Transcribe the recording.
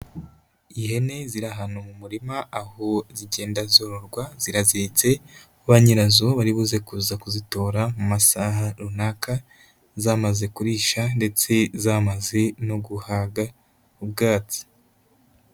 Ihene ziri ahantu mu murima, aho zigenda zororwa zirazitse, ba nyirazo bari buze kuza kuzitora mu masaha runaka, zamaze kurisha ndetse zamaze no guhaga ubwatsi.